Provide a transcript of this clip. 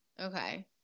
Okay